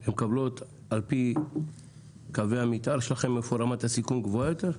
הן מקבלות אותן על פי קווי המתאר שלכם איפה רמת הסיכון גבוהה יותר?